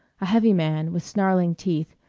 a heavy man with snarling teeth,